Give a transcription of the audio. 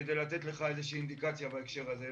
כדי לתת לך אינדיקציה בהקשר הזה,